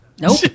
Nope